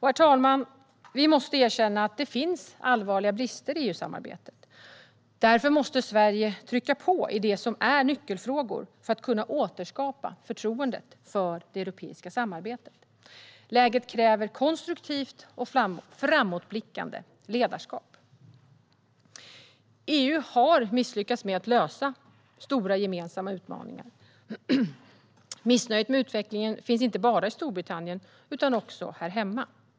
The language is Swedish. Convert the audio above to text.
Herr talman! Vi måste erkänna att det finns allvarliga brister i EU-samarbetet. Därför måste Sverige trycka på i det som är nyckelfrågor för att kunna återskapa förtroendet för det europeiska samarbetet. Läget kräver konstruktivt och framåtblickande ledarskap. EU har misslyckats med att lösa stora gemensamma utmaningar. Missnöjet med utvecklingen finns inte bara i Storbritannien utan också här hemma.